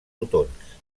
botons